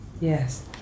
Yes